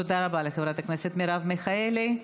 תודה רבה לחברת הכנסת מרב מיכאלי.